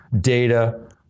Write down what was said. data